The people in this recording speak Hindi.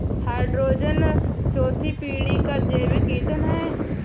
हाइड्रोजन चौथी पीढ़ी का जैविक ईंधन है